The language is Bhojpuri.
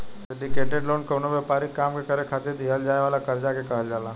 सिंडीकेटेड लोन कवनो व्यापारिक काम करे खातिर दीहल जाए वाला कर्जा के कहल जाला